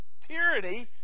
tyranny